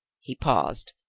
he paused,